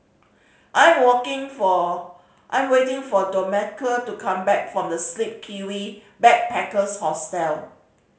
I'm working for I'm waiting for Domenica to come back from The Sleepy Kiwi Backpackers Hostel